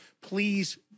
Please